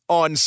on